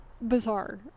bizarre